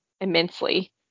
immensely